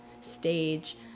stage